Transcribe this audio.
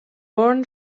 born